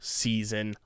season